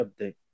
update